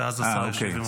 ואז השר ישיב במרוכז.